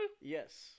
Yes